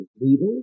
leaders